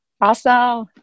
Awesome